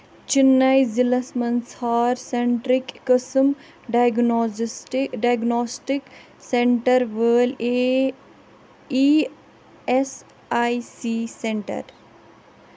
چِنٛنٕے ضلعس مَنٛز ژھانڑ سینٹرٕک قٕسم ڈایگنوزسٹِک ڈایگناسٹِک سیٚنٛٹر وٲلۍ اے E S I C centre